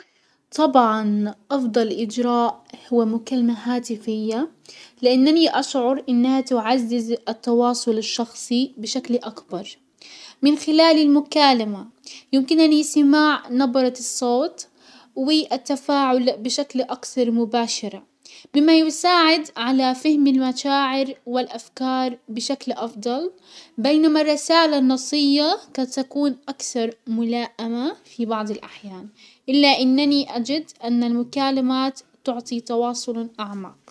طبعا افضل اجراء هو مكالمة هاتفية، لانني اشعر انها تعزز التواصل الشخصي بشكل اكبر. من خلال المكالمة يمكنني سماع نبرة الصوت والتفاعل بشكل اكسر مباشرة، بما يساعد على فهم المشاعر والافكار بشكل افضل، بينما الرسالة النصية قد تكون اكثر ملائمة في بعض الاحيان، الا انني اجد ان المكالمات تعطي تواصل اعمق.